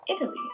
Italy